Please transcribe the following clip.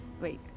Wait